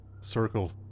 circle